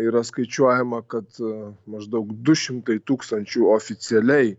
yra skaičiuojama kad maždaug du šimtai tūkstančių oficialiai